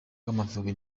rw’amavubi